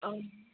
औ